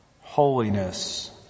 holiness